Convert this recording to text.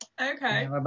Okay